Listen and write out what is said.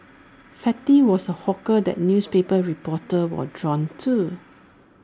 fatty was A hawker that newspaper reporters were drawn to